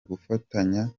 gufatanya